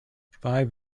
five